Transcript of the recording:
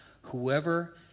Whoever